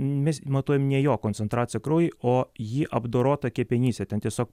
mes matuojame ne jo koncentraciją kraujy o jį apdorotą kepenyse ten tiesiog